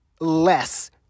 less